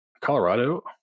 Colorado